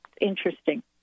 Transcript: interesting